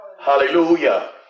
hallelujah